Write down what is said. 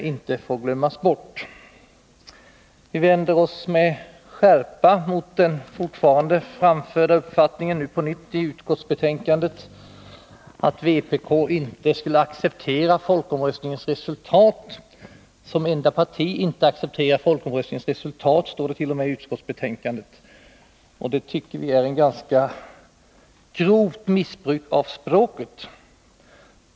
Vi vänder oss med skärpa mot den uppfattning som utskottet nu på nytt ger uttryck för i betänkandet att vpk inte skulle acceptera folkomröstningens resultat. Utskottet skriver att ”samtliga riksdagspartier utom vänsterpartiet kommunisterna anser att inriktningen av den framtida energipolitiken bör grundas på resultatet av folkomröstningen”. Det tycker vi är ett ganska grovt missbruk av språket.